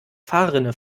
fahrrinne